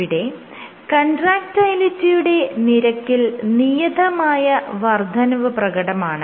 ഇവിടെ കൺട്രാക്ടയിലിറ്റിയുടെ നിരക്കിൽ നിയതമായ വർദ്ധനവ് പ്രകടമാണ്